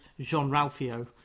Jean-Ralphio